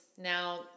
now